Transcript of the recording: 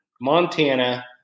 Montana